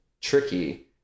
tricky